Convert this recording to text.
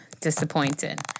disappointed